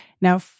Now